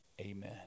Amen